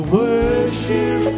worship